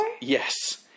Yes